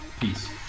Peace